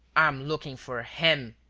i'm looking for him,